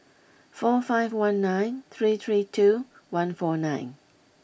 four five one nine three three two one four nine